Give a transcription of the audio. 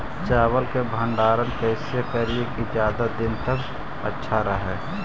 चावल के भंडारण कैसे करिये की ज्यादा दीन तक अच्छा रहै?